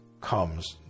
comes